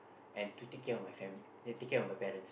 and to take care of my family take care of my parents